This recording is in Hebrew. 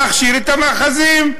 להכשיר את המאחזים,